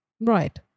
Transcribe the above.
right